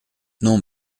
non